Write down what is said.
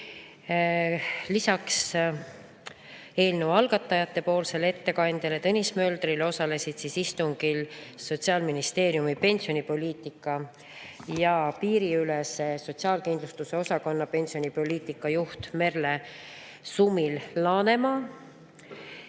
Lisaks eelnõu algatajate ettekandjale Tõnis Möldrile osales istungil Sotsiaalministeeriumi pensionipoliitika ja piiriülese sotsiaalkindlustuse osakonna pensionipoliitika juht Merle Sumil-Laanemaa.